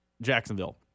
Jacksonville